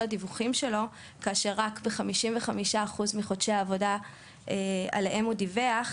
הדיווחים שלו כאשר רק ב-55% מחודשי העבודה עליהם הוא דיווח,